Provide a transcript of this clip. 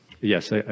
Yes